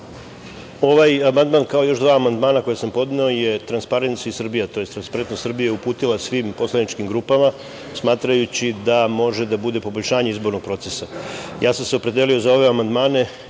Ovaj amandman, kao još dva amandmana koje sam podneo je „Transparency Serbia“, to jest Transparentnost Srbije je uputila svim poslaničkim grupama smatrajući da može da bude poboljšanje izbornog procesa. Ja sam se opredelio za ove amandmane